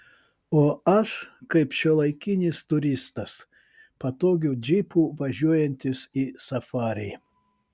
o aš kaip šiuolaikinis turistas patogiu džipu važiuojantis į safarį